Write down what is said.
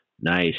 Nice